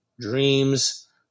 dreams